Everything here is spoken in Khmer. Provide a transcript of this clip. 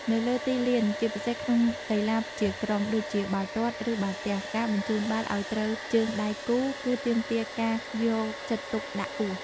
នៅលើទីលាន ជាពិសេសក្នុងកីឡាជាក្រុមដូចជាបាល់ទាត់ ឬបាល់ទះ ការបញ្ជូនបាល់ឱ្យត្រូវជើងដៃគូ គឺទាមទារការយកចិត្តទុកដាក់ខ្ពស់។